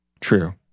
True